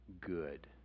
good